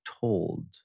told